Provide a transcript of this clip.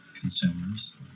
Consumers